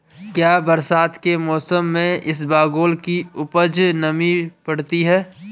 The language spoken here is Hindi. क्या बरसात के मौसम में इसबगोल की उपज नमी पकड़ती है?